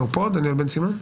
אני בא מהרשות המבצעת,